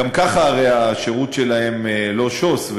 גם ככה הרי השירות שלהם לא שוס,